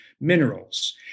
minerals